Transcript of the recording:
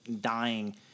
dying